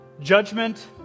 judgment